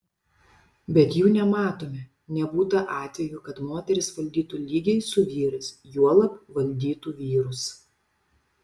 bet jų nematome nebūta atvejų kad moterys valdytų lygiai su vyrais juolab valdytų vyrus